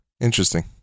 Interesting